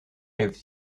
heeft